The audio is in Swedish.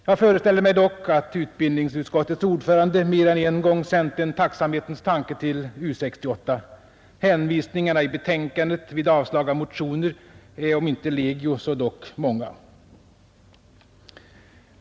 Jag föreställer mig dock att utbildningsutskottets ordförande mer än en gång sänt en tacksamhetens tanke till U 68. Hänvisningarna i betänkandet vid avslag på motioner är om inte legio så dock många.